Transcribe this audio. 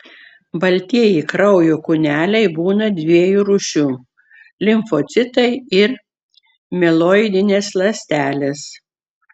baltieji kraujo kūneliai būna dviejų rūšių limfocitai ir mieloidinės ląstelės